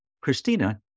Christina